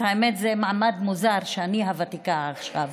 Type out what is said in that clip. האמת, זה מעמד מוזר, שאני הוותיקה כאן.